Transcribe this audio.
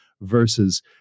versus